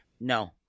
No